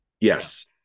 Yes